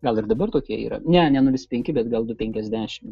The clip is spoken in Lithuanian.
gal ir dabar tokie yra ne ne nulis penki bet gal du penkiasdešimt